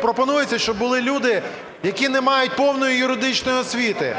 пропонується, щоб були люди, які не мають повної юридичної освіти?